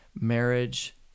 marriage